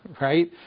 right